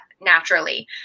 naturally